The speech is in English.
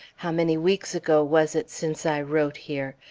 how many weeks ago was it since i wrote here?